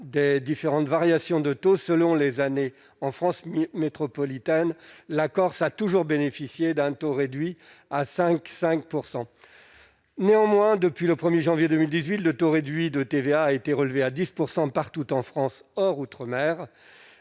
des différentes variations de taux selon les années en France métropolitaine, la Corse a toujours bénéficié d'un taux réduit à 5,5 %. Néanmoins, depuis le 1 janvier 2018, le taux réduit de TVA a été relevé à 10 % partout en France, hors outre-mer.